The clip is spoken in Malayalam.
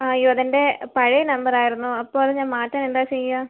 അയ്യോ അത് എൻ്റെ പഴയ നമ്പർ ആയിരുന്നു അപ്പോൾ അത് ഞാൻ മാറ്റാൻ എന്താണ് ചെയ്യുക